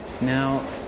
Now